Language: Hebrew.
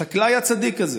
לחקלאי הצדיק הזה,